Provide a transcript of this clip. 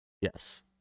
yes